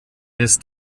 ist